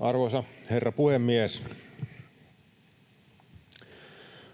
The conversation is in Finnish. Arvoisa herra puhemies!